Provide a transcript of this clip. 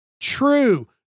true